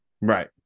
Right